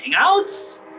Hangouts